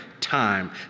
time